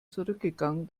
zurückgegangen